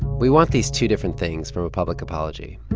we want these two different things from a public apology.